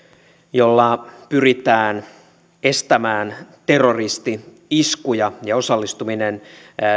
jolla pyritään estämään terroristi iskuja ja osallistuminen